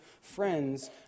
friends